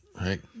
right